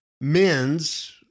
men's